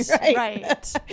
Right